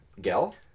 gel